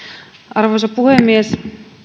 arvoisa puhemies